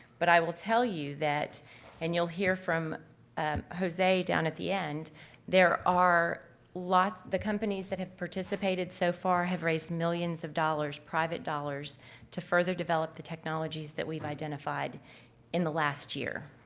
but i will tell you that and you'll hear from jose down at the end there are lots the companies that have participated so far have raised millions of dollars private dollars to further develop the technologies that we've identified in the last year.